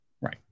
Right